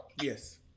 Yes